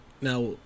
Now